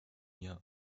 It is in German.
mir